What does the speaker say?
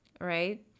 right